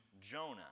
Jonah